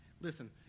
Listen